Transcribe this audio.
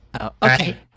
Okay